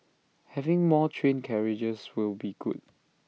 having more train carriages will be good